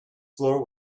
floor